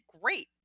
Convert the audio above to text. great